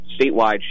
statewide